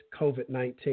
COVID-19